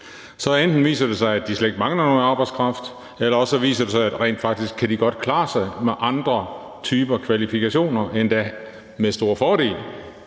Og enten viser det sig, at de slet ikke mangler nogen arbejdskraft, eller også viser det sig, at rent faktisk kan de godt klare sig med andre typer af kvalifikationer, endda med stor fordel.